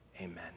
Amen